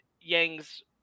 Yang's